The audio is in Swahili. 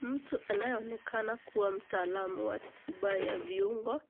Mtu anayeonekana kuwa mtaalamu wa tiba ya viungo